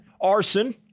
Arson